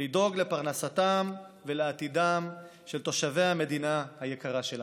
לדאוג לפרנסתם ולעתידם של תושבי המדינה היקרה שלנו.